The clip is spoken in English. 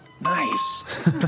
Nice